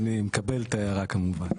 אני מקבל את ההערה כמובן.